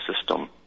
system